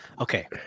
Okay